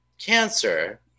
Cancer